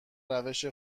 روش